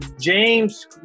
James